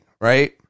right